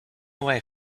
way